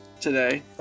today